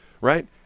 right